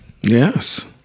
Yes